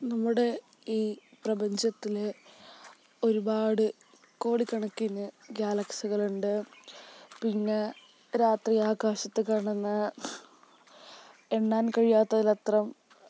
നമ്മുടെ ഈ പ്രപഞ്ചത്തില് ഒരുപാട് കോടിക്കണക്കിന് ഗാലക്സികളുണ്ട് പിന്നെ രാത്രി ആകാശത്തു കാണുന്ന എണ്ണാൻ കഴിയാത്തതിലത്രം